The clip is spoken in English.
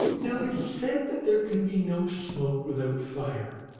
now it is said that there can be no smoke without fire,